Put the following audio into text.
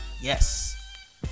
Yes